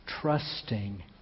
trusting